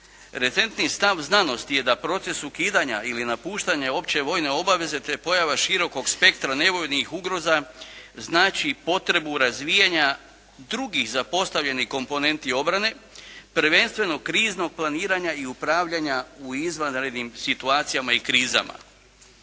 retentni stav znanosti je da proces ukidanja ili napuštanja opće vojne obaveze, te pojava širokog spektra nevojnih ugroza znači potrebu razvijanja drugih, zapostavljenih komponenti obrane, prvenstveno kriznog planiranja i upravljanja u izvanrednim situacijama i krizama.